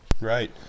right